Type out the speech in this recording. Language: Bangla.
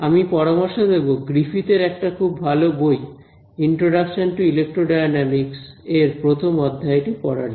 আমি পরামর্শ দেব গ্রিফিথ এর একটা খুব ভালো বই ইন্ট্রোডাকশন টু ইলেকট্রডায়নামিকস এর প্রথম অধ্যায় টি পড়ার জন্য